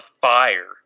fire